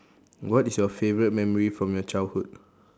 what is your favourite memory from your childhood